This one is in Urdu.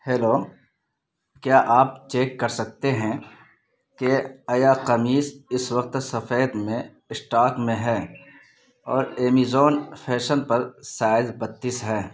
ہیلو کیا آپ چیک کر سکتے ہیں کہ ایا قمیص اس وقت سفید میں اسٹاک میں ہے اور ایمیزون فیشن پر سائز بتیس ہے